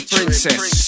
Princess